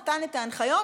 נתן את ההנחיות,